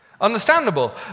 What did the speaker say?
understandable